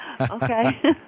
Okay